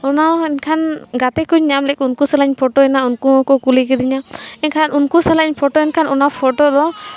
ᱚᱱᱟᱦᱚᱸ ᱮᱱᱠᱷᱟᱱ ᱜᱟᱛᱮ ᱠᱚᱧ ᱧᱟᱢ ᱞᱮᱫ ᱠᱚᱣᱟ ᱩᱱᱠᱩ ᱥᱟᱞᱟᱜ ᱤᱧ ᱯᱷᱳᱴᱳᱭᱮᱱᱟ ᱩᱱᱠᱩ ᱦᱚᱸᱠᱚ ᱠᱩᱞᱤ ᱠᱤᱫᱤᱧᱟ ᱮᱱᱠᱷᱟᱱ ᱩᱱᱠᱩ ᱥᱟᱞᱟᱜ ᱤᱧ ᱯᱷᱳᱴᱳᱭᱮᱱ ᱠᱷᱟᱱ ᱚᱱᱟ ᱯᱷᱳᱴᱳ ᱫᱚ